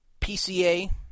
PCA